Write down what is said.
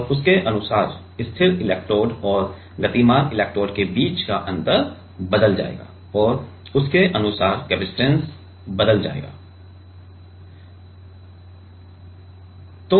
और उसके अनुसार स्थिर इलेक्ट्रोड और गतिमान इलेक्ट्रोड के बीच का अंतर बदल जाएगा और उसके अनुसार कपसिटंस बदल जाएगी और मापने से